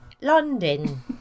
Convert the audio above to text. London